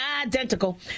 identical